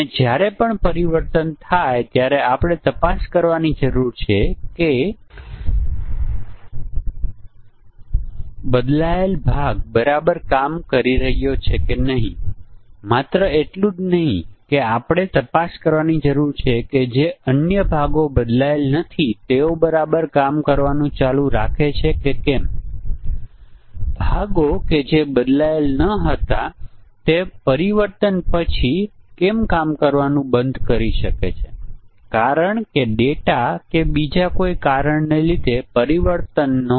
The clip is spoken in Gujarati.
તેથી આપણે પરીક્ષણના કેસોની સંખ્યાને કેવી રીતે ઘટાડીશું જેથી આપણે 10 12 અથવા 20 પરીક્ષણના કેસોનો ઉપયોગ કરીને અસરકારક પરીક્ષણ કરી શકીએ અને હજી પણ આપણે પુન પ્રાપ્ત કરી શકીએ છીએ અને મિલિયન પરીક્ષણના કેસો જેટલા બગને શોધી શકે લગભગ તેટલી જ બગ શોધી શકીએ